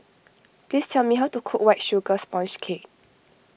please tell me how to cook White Sugar Sponge Cake